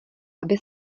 aby